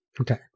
Okay